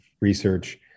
research